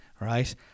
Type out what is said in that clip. right